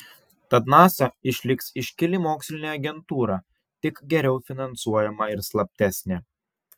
tad nasa išliks iškili mokslinė agentūra tik geriau finansuojama ir slaptesnė